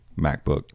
MacBook